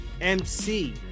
mc